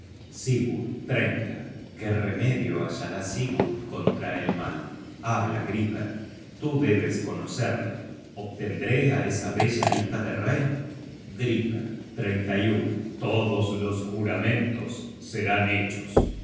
sigurd qué remedio hallará sigurd contra el mal habla griper tú debes conocerle obtendré á esa bella hija de rey griper todos los juramentos serán hechos